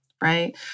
right